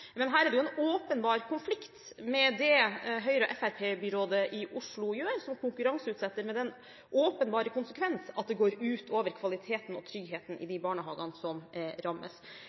men her er det en åpenbar konflikt med det det Høyre- og Fremskrittsparti-byrådet i Oslo gjør. De konkurranseutsetter med den åpenbare konsekvens at det går ut over kvaliteten og tryggheten i de barnehagene som rammes.